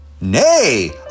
Nay